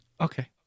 Okay